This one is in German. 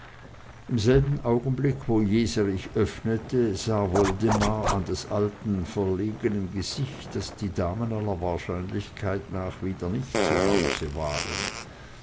im selben augenblick wo jeserich öffnete sah woldemar an des alten verlegenem gesicht daß die damen aller wahrscheinlichkeit nach wieder nicht zu hause waren